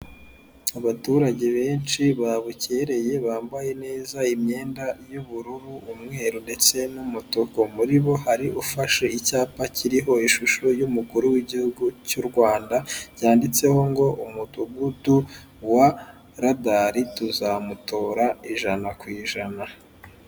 Abaturage benshi babukereye bambaye neza imyenda y'ubururu, umweru, ndetse n'umutuku muri bo hari ufashe icyapa kiriho ishusho y'umukuru w'igihugu cy'urwanda yanditseho ngo umudugudu wa radari tuzamutora ijana k'ijana.